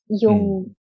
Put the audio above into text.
yung